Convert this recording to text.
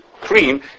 cream